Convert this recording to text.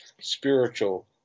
spiritual